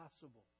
possible